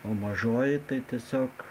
o mažoji tai tiesiog